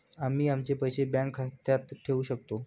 आम्ही आमचे पैसे बँक खात्यात ठेवू शकतो